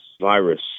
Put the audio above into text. virus